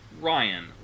Ryan